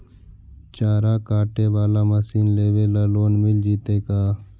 चारा काटे बाला मशीन लेबे ल लोन मिल जितै का?